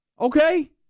okay